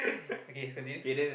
okay continue